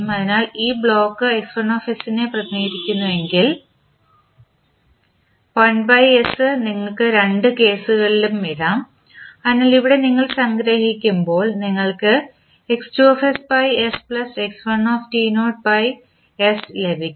അതിനാൽ ഈ ബ്ലോക്ക് നെ പ്രതിനിധീകരിക്കുന്നുവെങ്കിൽ നിങ്ങൾക്ക് രണ്ട് കേസുകളിലും ഇടാം അതിനാൽ ഇവിടെ നിങ്ങൾ സംഗ്രഹിക്കുമ്പോൾ നിങ്ങൾക്ക് ലഭിക്കും